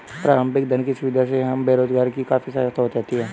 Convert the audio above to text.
प्रारंभिक धन की सुविधा से हम बेरोजगारों की काफी सहायता हो जाती है